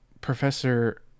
Professor